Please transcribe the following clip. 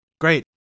Great